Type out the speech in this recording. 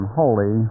holy